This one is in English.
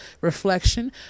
reflection